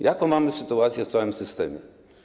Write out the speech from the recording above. Jaką mamy sytuację w całym systemie?